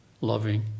loving